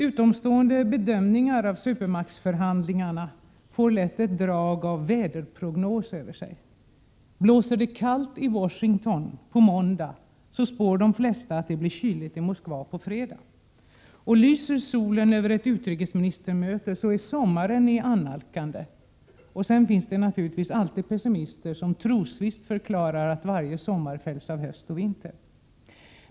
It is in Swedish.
Utomstående bedömningar av supermaktsförhandlingarna får lätt ett drag av väderprognos över sig. Blåser det kallt i Washington på måndag, spår de flesta att det blir kyligt i Moskva på fredag. Och lyser solen över ett utrikesministermöte, så är sommaren i annalkande. Sedan finns naturligtvis alltid pessimister som trosvisst förklarar att varje sommar följs av höst och vinter.